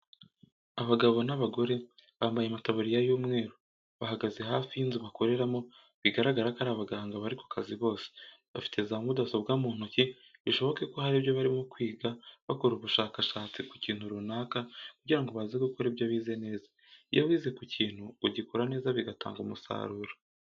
Abagabo n'abagore bambaye amataburiya y'umweru, bahagaze hafi y'inzu bakoreramo bigaragara ko ari abaganga bari ku kazi bose, bafite za mudasobwa mu ntoki bishoboke ko hari byo barimo kwiga bakora ubushakashatsi ku kintu runaka kugira ngo baze gukora ibyo bize neza. Iyo wize ku kintu ugikora neza bigatanga umusaruro.